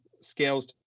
scales